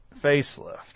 facelift